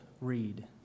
read